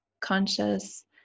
conscious